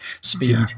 speed